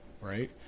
right